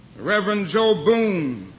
reverend joe boone,